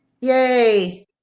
yay